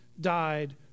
died